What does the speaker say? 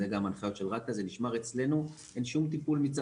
זה גם הנחיות של רת"א,